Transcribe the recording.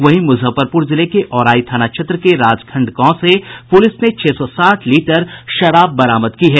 वहीं मुजफ्फरपुर जिले के औराई थाना क्षेत्र के राजखंड गांव से पुलिस ने छह सौ साठ लीटर शराब बरामद की है